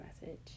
message